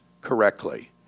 correctly